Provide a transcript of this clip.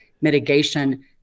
mitigation